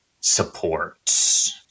supports